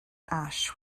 ash